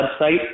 website